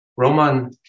Roman